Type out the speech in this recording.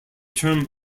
term